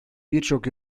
birçok